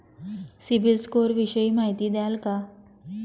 CIBIL score विषयी माहिती द्याल का?